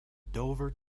dover